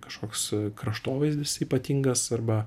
kažkoks kraštovaizdis ypatingas arba